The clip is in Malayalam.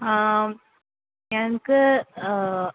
ഞങ്ങൾക്ക്